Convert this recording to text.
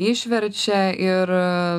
išverčia ir